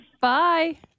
Bye